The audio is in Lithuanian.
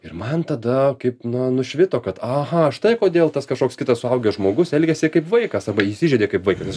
ir man tada kaip na nušvito kad aha štai kodėl tas kažkoks kitas suaugęs žmogus elgiasi kaip vaikas arba įsižeidė kaip vaikas